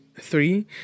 Three